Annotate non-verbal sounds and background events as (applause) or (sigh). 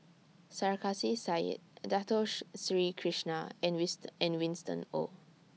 Sarkasi Said Datos Sri Krishna and (unintelligible) Winston Oh